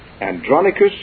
Andronicus